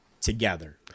together